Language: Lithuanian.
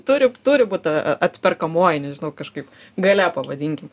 turi turi būt ta atperkamoji nežinau kažkaip galia pavadinkim